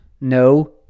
...no